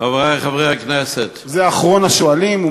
חברי חברי הכנסת, זה אחרון השואלים.